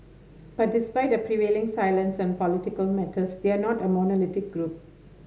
but despite a prevailing silence on political matters they are not a monolithic group